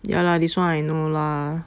ya lah this one I know lah